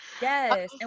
Yes